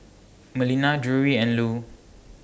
Melina Drury and Lew